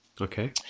Okay